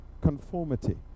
conformity